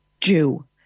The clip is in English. Jew